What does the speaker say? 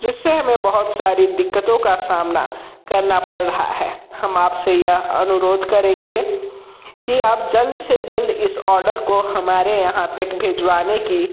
जिससे हमें बहुत सारी दिक्कतों का सामना करना पड़ रहा है हम आप से यह अनुरोध करेंगे कि आप जल्द से जल्द इस ऑर्डर को हमारे यहाँ तक भिजवाने की